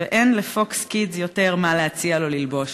ואין ל"פוקס קידס" יותר מה להציע לו ללבוש.